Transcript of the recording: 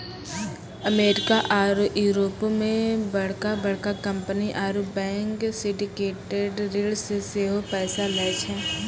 America आरु यूरोपो मे बड़का बड़का कंपनी आरु बैंक सिंडिकेटेड ऋण से सेहो पैसा लै छै